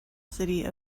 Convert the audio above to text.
city